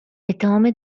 اتهام